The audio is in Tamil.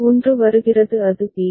1 வருகிறது அது பி